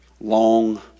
long